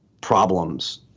problems